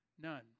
None